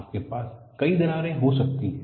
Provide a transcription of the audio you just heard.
आपके पास कई दरारें हो सकती हैं